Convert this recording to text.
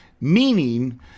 Meaning